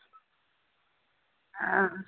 हां